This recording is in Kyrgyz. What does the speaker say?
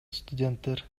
студенттер